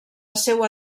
seua